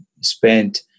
spent